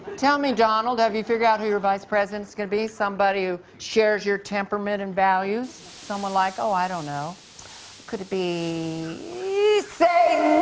tell me, donald, have you figured out who your vice president is going to be. somebody who shares your temperaments and values, someone like ah i don't know could it be satan.